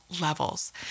levels